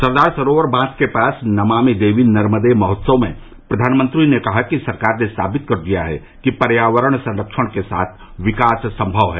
सरदार सरोवर बांध के पास नमामि देवी नर्मदे महोत्सव में प्रधानमंत्री ने कहा कि सरकार ने साबित कर दिया है कि पर्यावरण संरक्षण के साथ विकास संभव है